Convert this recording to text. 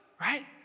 right